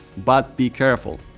but be careful.